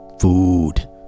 food